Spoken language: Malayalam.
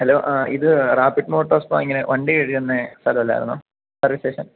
ഹലോ ആ ഇത് റാപ്പിഡ് മോട്ടോഴ്സ് ഇപ്പോൾ ഇങ്ങനെ വണ്ടി കഴുകുന്ന സ്ഥലം അല്ലായിരുന്നോ സർവീസ് സ്റ്റേഷൻ